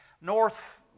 north